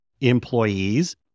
employees